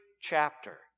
chapter